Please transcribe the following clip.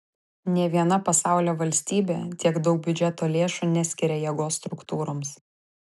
nė viena pasaulio valstybė tiek daug biudžeto lėšų neskiria jėgos struktūroms